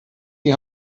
die